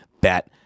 bet